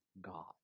God